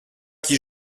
qui